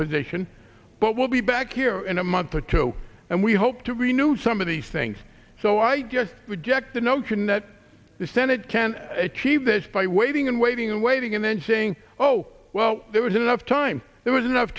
position but we'll be back here in a month or two and we hope to renewed some of these things so i just checked the notion that the senate can achieve this by waiting and waiting and waiting and then showing oh well there was enough time there was enough